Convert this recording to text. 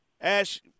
ash